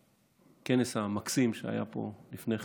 ובכנס המקסים שהיה פה לפני כן,